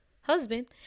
husband